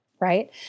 right